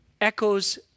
echoes